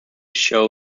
show